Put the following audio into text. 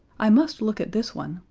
i must look at this one,